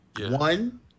One